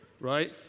right